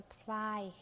apply